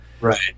Right